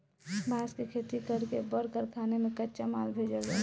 बांस के खेती कर के बड़ कारखाना में कच्चा माल भेजल जाला